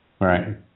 right